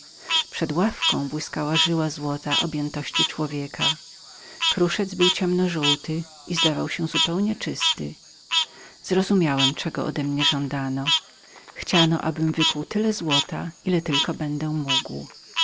przed ławką błyskała żyła złota objętości człowieka kruszec był ciemno żółty i zdawał się zupełnie czystym zrozumiałem czego po mnie żądano chciano abym wykuł tyle złota ile tylko będę mógł